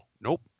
Nope